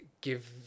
give